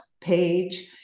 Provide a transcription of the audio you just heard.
page